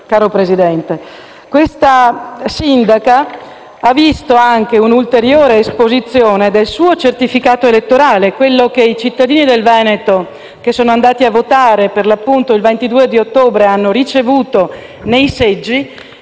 caro Presidente: questa sindaca ha visto anche l'esposizione del proprio certificato elettorale, quello che i cittadini del Veneto che sono andati a votare il 22 ottobre hanno ricevuto nei seggi.